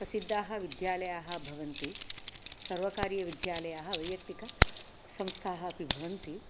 प्रसिद्धाः विद्यालयाः भवन्ति सर्वकाकारीयविद्यालयाः वैयक्तिकसंस्थाः अपि भवन्ति